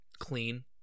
clean